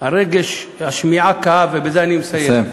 נא לסיים.